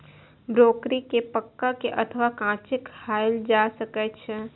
broccoli कें पका के अथवा कांचे खाएल जा सकै छै